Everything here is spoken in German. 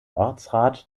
ortsrat